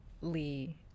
Lee